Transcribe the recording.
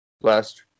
last